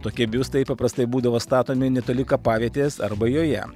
tokie biustai paprastai būdavo statomi netoli kapavietės arba joje